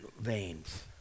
veins